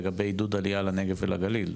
לגבי עידוד עלייה לנגב ולגליל,